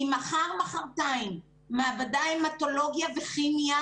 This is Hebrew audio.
כי מחר-מחרתיים מעבדות המטולוגיה וכימיה